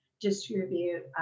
distribute